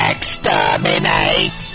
Exterminate